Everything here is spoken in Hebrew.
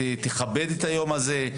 תכבד את היום הזה,